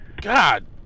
God